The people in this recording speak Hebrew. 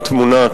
בתמונה,